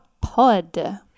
Pod